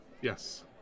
Yes